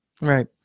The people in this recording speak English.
Right